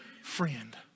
friend